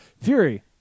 Fury